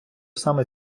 саме